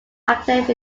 active